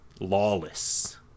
lawless